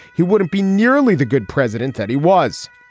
he wouldn't be nearly the good president that he was.